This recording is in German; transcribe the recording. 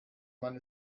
mann